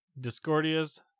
Discordia's